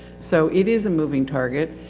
so, it is a moving target.